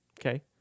Okay